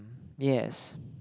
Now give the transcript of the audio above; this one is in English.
yes